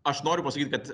aš noriu pasakyt kad